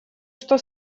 что